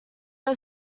are